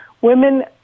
women